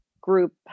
group